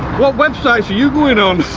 what websites are you going on?